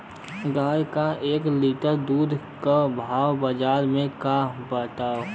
गाय के एक लीटर दूध के भाव बाजार में का बाटे?